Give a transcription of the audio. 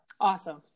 Awesome